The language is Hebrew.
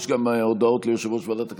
יש גם הודעות ליושב-ראש ועדת הכנסת,